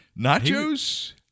Nachos